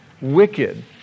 wicked